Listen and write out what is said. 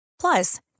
Plus